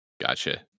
Gotcha